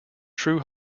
true